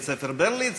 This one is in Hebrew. בית-ספר "ברליץ".